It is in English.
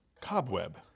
Cobweb